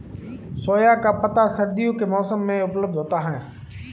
सोआ का पत्ता सर्दियों के मौसम में उपलब्ध होता है